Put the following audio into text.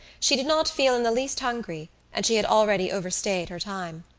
she did not feel in the least hungry and she had already overstayed her time.